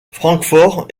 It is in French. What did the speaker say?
francfort